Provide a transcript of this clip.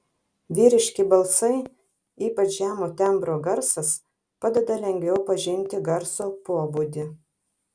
vyriški balsai ypač žemo tembro garsas padeda lengviau pažinti garso pobūdį